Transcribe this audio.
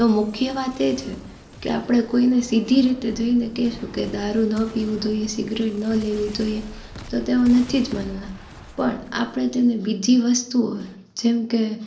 તો મુખ્ય વાત એ છે કે આપણે કોઈને સીધી રીતે જઈને કહીશું કે દારૂ ન પીવો જોઈએ સીગરેટ ન લેવી જોઈએ તો તેઓ નથી જ માનવાના પણ આપણે તેને બીજી વસ્તુ જેમકે